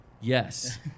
yes